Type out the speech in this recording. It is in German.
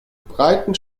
breiten